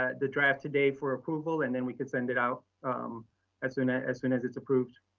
ah the draft today for approval, and then we could send it out um as soon ah as soon as it's approved.